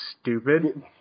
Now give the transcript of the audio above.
stupid